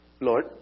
Lord